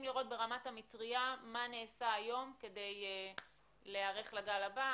לראות ברמת המטריה מה נעשה היום כדי להיערך לגל הבא.